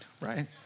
right